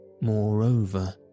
Moreover